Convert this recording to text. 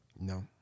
No